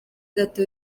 gato